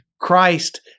Christ